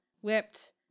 whipped